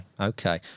okay